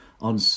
on